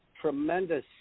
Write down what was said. tremendous